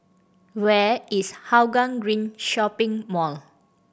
where is Hougang Green Shopping Mall